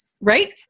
right